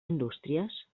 indústries